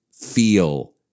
feel